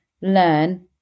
learn